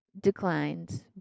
declined